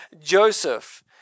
Joseph